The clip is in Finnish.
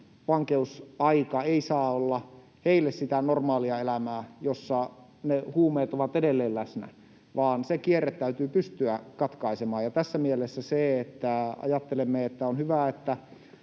vankeusaika ei saa olla heille sitä normaalia elämää, jossa ne huumeet ovat edelleen läsnä, vaan se kierre täytyy pystyä katkaisemaan. Ja tässä mielessä, kun ajattelemme, että on hyvä,